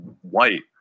white